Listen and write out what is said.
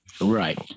right